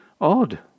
odd